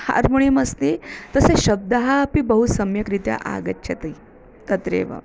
harmonium अस्ति तस्य शब्दः अपि बहु सम्यक्रीत्या आगच्छति तत्रेव